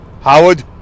Howard